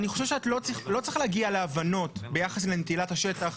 אני לא חושב שצריך להגיע להבנות ביחס לנטילת השטח,